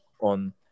on